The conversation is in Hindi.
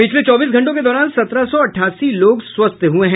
पिछले चौबीस घंटों के दौरान सत्रह सौ अठासी लोग स्वस्थ हुये है